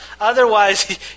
Otherwise